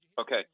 Okay